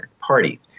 party